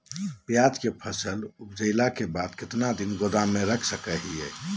प्याज के फसल उपजला के बाद कितना दिन गोदाम में रख सको हय?